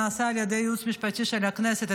שנעשה על ידי הייעוץ המשפטי של הכנסת,